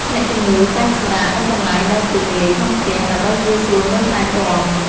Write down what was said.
អ្នកជំងឺតែងសម្រាកនៅកន្លែងដែលទូលាយក្នុងផ្ទះ ដើម្បីងាយស្រួលមើលថែទាំ។